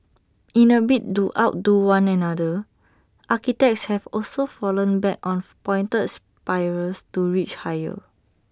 in A bid to outdo one another architects have also fallen back on pointed spires to reach higher